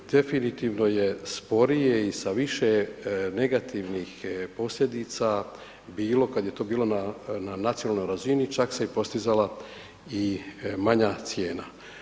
Definitivno je sporije i sa više negativnih posljedica bilo kad je to bilo na nacionalnoj razini, čak se i postizala i manja cijena.